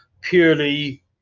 purely